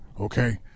okay